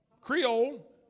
Creole